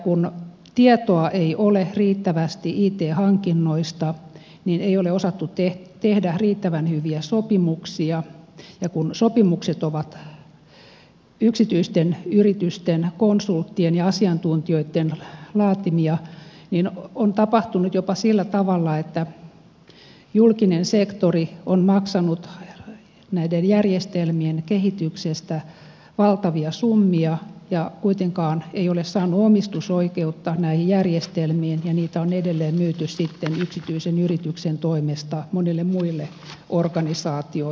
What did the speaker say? kun tietoa ei ole riittävästi it hankinnoista niin ei ole osattu tehdä riittävän hyviä sopimuksia ja kun sopimukset ovat yksityisten yritysten konsulttien ja asiantuntijoitten laatimia niin on tapahtunut jopa sillä tavalla että julkinen sektori on maksanut näiden järjestelmien kehityksestä valtavia summia ja kuitenkaan ei ole saanut omistusoikeutta näihin järjestelmiin ja niitä on edelleen myyty sitten yksityisen yrityksen toimesta monille muille organisaatioille